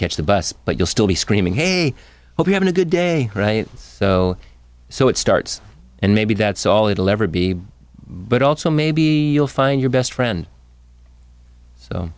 catch the bus but you'll still be screaming hey hope you have a good day right so it starts and maybe that's all it'll ever be but also maybe you'll find your best friend